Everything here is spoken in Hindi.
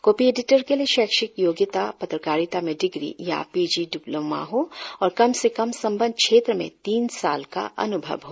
कॉपी इडीटर के लिए शैक्षिक योग्यता पत्रकारिता में डिग्री या पी जी डिप्लोमा हो और कम से कम संबंद्ध क्षेत्र में तीन साल का अन्भव हो